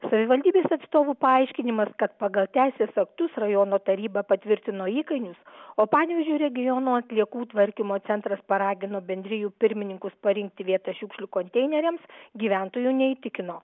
savivaldybės atstovų paaiškinimas kad pagal teisės aktus rajono taryba patvirtino įkainius o panevėžio regiono atliekų tvarkymo centras paragino bendrijų pirmininkus parinkti vietą šiukšlių konteineriams gyventojų neįtikino